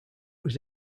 was